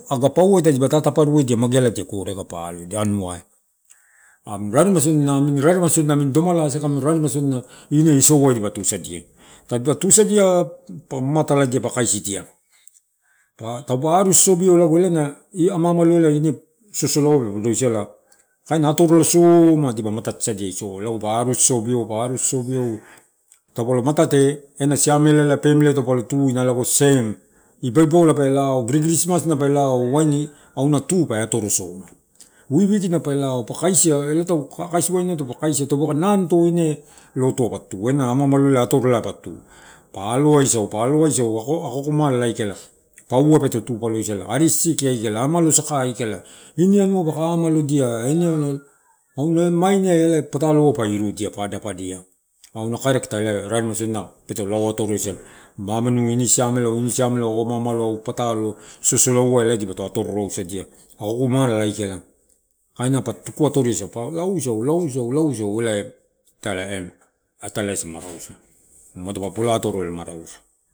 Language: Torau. Aga pauai tadip tata pa ruedia magealadiala goreaika pa alo anu ai, amini raremai sodinai, amini raremai sodinai, amini domalosa aikala amini raremai sodinai, ine isi ouai dipa tu sodia tadipa tusadia pa mamata la dia pa kaisidia, taupa arua sosobieu lago eia na ama ama lo elae sosolanai pe podoisa la kainina pa mama tala dia pa kaisidia taupa arua sosobieu lago ela na ama ama lo elae sosolanai pe podoiasa la kainina atorola so oma dipa matete sadia isi ouai lagopa arua sosobieu, pa arua sosobien taupa lo matate elana siamela pamiliai taupalo tuina lago saiu, ibao, ibaola pe lao kris, krismasna pe lao waini auna tuu pe atoro soma wi, wikina pe lao etau kakaisi waina autopa kaisia, taupaka nanato ino lotu ai pa tu, ena ama ama lo elae lai patu. Pa aloaisau ako ako mala aikala panai peto tupalo isala ari sisiki aikala ama ama losaka aikala, ini anua paka amalodia auna mainai elae ia patalo ua pa irudia pa adapadia auna carecta elae rare ma sodinai pe lao atoro isala, mamamuu ini siamealau, ini siamealau ama ama lau patalo sosola elae dipato atoro rausu sadiasa ako akoma lala aikala kaina pato tuku atoria isau, pa laoisau- laosau- lauosau elae- elae tialae asa ma rausu.